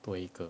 多一个